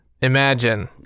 Imagine